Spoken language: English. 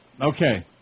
Okay